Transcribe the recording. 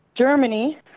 Germany